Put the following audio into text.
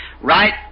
Right